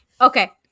Okay